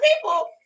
people